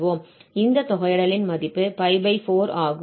இந்த தொகையிடலின் மதிப்பு π4 ஆகும்